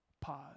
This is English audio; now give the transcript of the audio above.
pause